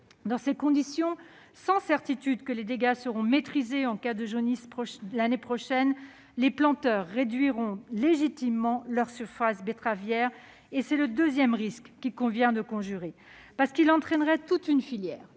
Dans ces conditions, sans certitude que les dégâts seront maîtrisés en cas de jaunisse l'année prochaine, les planteurs réduiront légitimement leur surface betteravière. C'est le deuxième risque. Il convient de le conjurer, car cela concerne toute une filière